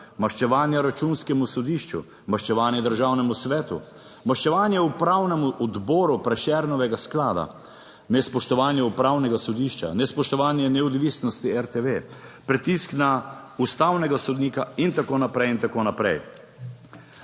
maščevanja Računskemu sodišču, maščevanje Državnemu svetu, maščevanje upravnemu odboru Prešernovega sklada, nespoštovanje upravnega sodišča, nespoštovanje neodvisnosti RTV, pritisk na ustavnega sodnika in tako naprej in tako naprej.